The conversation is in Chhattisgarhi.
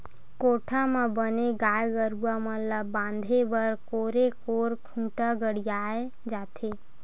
कोठा म बने गाय गरुवा मन ल बांधे बर कोरे कोर खूंटा गड़ियाये जाथे